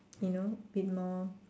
you know bit more